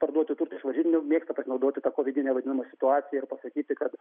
parduoti turtą iš varžytinių mėgsta pasinaudoti ta vidine vadinama situacija ir pasakyti kad